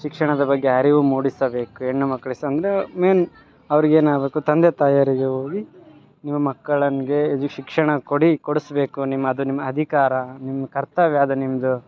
ಶಿಕ್ಷಣದ ಬಗ್ಗೆ ಅರಿವು ಮೂಡಿಸಬೇಕು ಹೆಣ್ಣು ಮಕ್ಕಳು ಸಂದ ಮೇನ್ ಅವರಿಗೆ ಏನಾಗಬೇಕು ತಂದೆ ತಾಯರಿಗೆ ಹೋಗಿ ನಿಮ್ಮ ಮಕ್ಕಳಂಗೆ ಎಜು ಶಿಕ್ಷಣ ಕೊಡಿ ಕೊಡ್ಸ್ಬೇಕು ನಿಮ್ಮ ಅದು ನಿಮ್ಮ ಅಧಿಕಾರ ನಿಮ್ಮ ಕರ್ತವ್ಯ ಅದು ನಿಮ್ಮದು